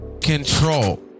Control